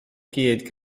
gyd